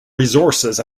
resources